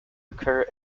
occur